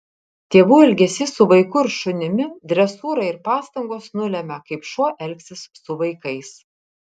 tėvų elgesys su vaiku ir šunimi dresūra ir pastangos nulemia kaip šuo elgsis su vaikais